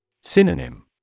Synonym